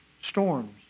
storms